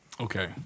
Okay